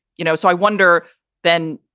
you know, so i wonder then,